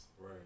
Right